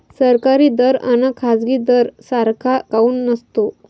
सरकारी दर अन खाजगी दर सारखा काऊन नसतो?